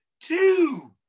Two